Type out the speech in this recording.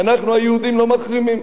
כי אנחנו, היהודים, לא מחרימים.